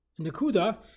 Nakuda